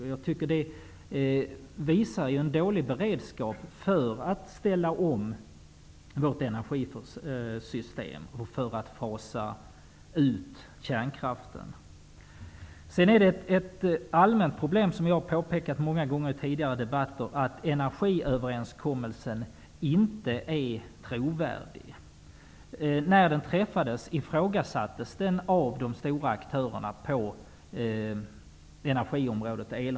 Jag tycker att det visar en dålig beredskap för att ställa om vårt energisystem och för att fasa ut kärnkraften. Sedan är det ett allmänt problem, som jag har påpekat många gånger i tidigare debatter, att energiöverkommelsen inte är trovärdig. När den träffades, ifrågasattes den av de stora aktörerna på energiområdet.